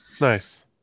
nice